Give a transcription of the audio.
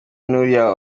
n’uriya